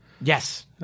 Yes